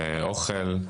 אוכל,